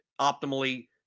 optimally